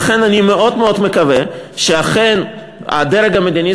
לכן אני מאוד מקווה שאכן הדרג המדיני,